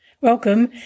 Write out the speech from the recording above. Welcome